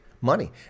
money